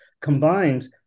combined